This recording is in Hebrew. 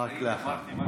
ורק אחריו.